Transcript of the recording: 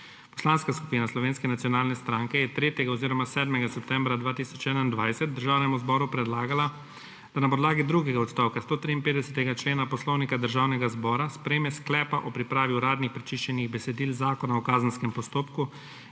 Poslanska skupina Slovenske nacionalne stranke je 3. oziroma 7. septembra 2021 Državnemu zboru predlagala, da na podlagi drugega odstavka 153. člena Poslovnika Državnega zbora sprejme sklepa o pripravi uradnih prečiščenih besedil Zakona o kazenskem postopku